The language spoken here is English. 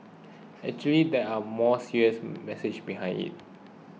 actually there are more serious message behind it